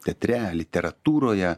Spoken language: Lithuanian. teatre literatūroje